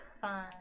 Fun